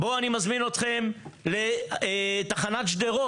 אני עובד על המשטרה?